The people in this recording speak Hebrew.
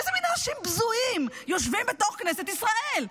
איזה מין אנשים בזויים יושבים בתוך כנסת ישראל?